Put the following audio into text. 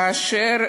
כאשר